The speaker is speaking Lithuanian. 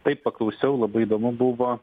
taip paklausiau labai įdomu buvo